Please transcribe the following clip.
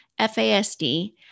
FASD